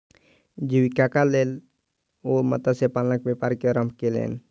जीवीकाक लेल ओ मत्स्य पालनक व्यापार के आरम्भ केलैन